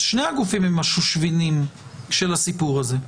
אז שני הגופים הם השושבינים של הסיפור הזה.